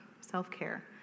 self-care